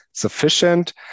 sufficient